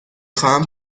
خواهم